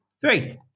three